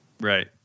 Right